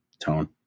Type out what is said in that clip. tone